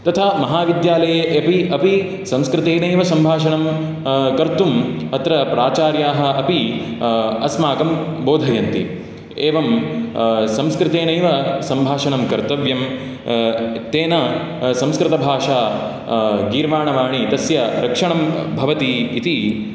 तथा महाविद्यालये एपि अपि संस्कृतेनैव सम्भाषणं कर्तुम् अत्र प्राचार्याः अपि अस्माकं बोधयन्ति एवं संस्कृतेनैव सम्भाषणं कर्तव्यं तेन संस्कृतभाषा गीर्वाणवाणी तस्य रक्षणं भवति इति